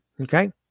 Okay